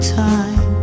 time